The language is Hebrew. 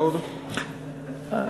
בסוף אנחנו רוצים לתת לך פרס פה,